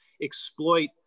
exploit